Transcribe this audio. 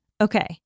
Okay